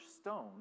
stone